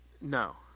no